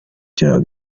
vya